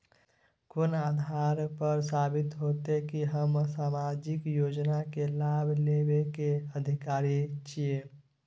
कोन आधार पर साबित हेते की हम सामाजिक योजना के लाभ लेबे के अधिकारी छिये?